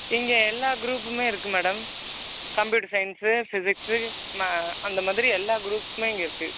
இங்கே எல்லா குரூப்புமே இருக்கு மேடம் கம்பியூட்டர் சைன்ஸு ஃபிசிக்ஸு அந்த மாதிரி எல்லா குரூப்புமே இங்கே இருக்கு